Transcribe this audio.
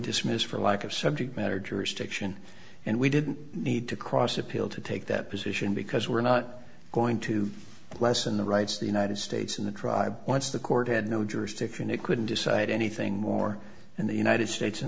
dismissed for lack of subject matter jurisdiction and we didn't need to cross appeal to take that position because we're not going to lessen the rights of the united states in the tribe once the court had no jurisdiction it couldn't decide anything more in the united states